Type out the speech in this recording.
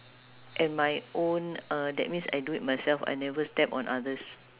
at my own uh that means I do it myself I never step on others